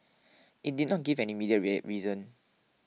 it did not give any immediate rare reason